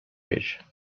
fish